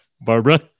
Barbara